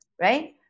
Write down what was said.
right